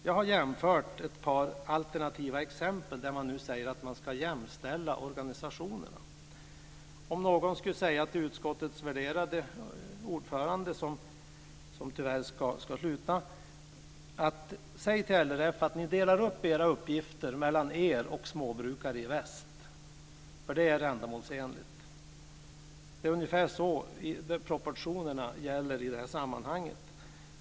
Jag har gjort jämförelser och har ett par alternativa exempel där man säger att organisationerna ska jämställas. Tänk om någon skulle säga till utskottets värderade ordförande, som tyvärr ska sluta: Säg till LRF att dela upp uppgifterna mellan sig och Småbrukare i Väst, för det är ändamålsenligt. Ungefär så är det med proportionerna i det här sammanhanget.